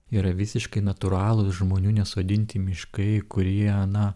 yra visiškai natūralūs žmonių nesodinti miškai kurie na